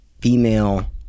female